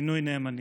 מינוי נאמנים.